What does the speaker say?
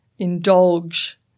indulge